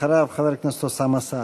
אחריו חבר הכנסת אוסאמה סעדי.